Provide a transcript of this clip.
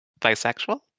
bisexual